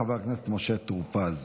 חבר הכנסת משה טור פז.